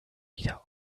wieder